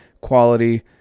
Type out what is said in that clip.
quality